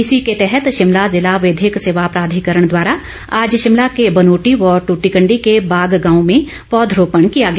इसी के तहत शिमला ज़िला विधिक सेवा प्राधिकरण द्वारा आज शिमला के बनोटी व ट्टीकंडी के बाग गांव में पौधरोपण किया गया